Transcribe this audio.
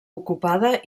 ocupada